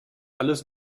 alles